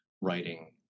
writing